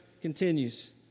continues